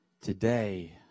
Today